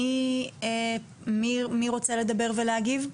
מי רוצה לדבר ולהגיב?